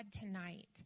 tonight